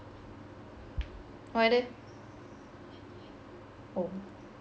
oh then oh